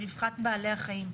ברווחת בעלי החיים.